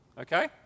Okay